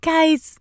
Guys